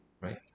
right